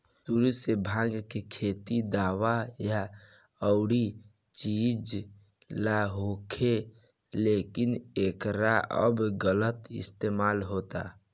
सुरु से भाँग के खेती दावा या अउरी चीज ला होखे, लेकिन एकर अब गलत इस्तेमाल होता